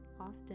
often